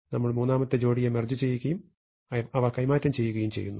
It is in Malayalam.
ഞങ്ങൾ മൂന്നാമത്തെ ജോഡിയെ മെർജ് ചെയ്യുകയും അവ കൈമാറ്റം ചെയ്യുകയും ചെയ്യുന്നു